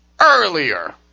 earlier